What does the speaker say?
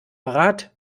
rad